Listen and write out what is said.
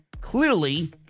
Clearly